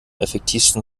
effektivsten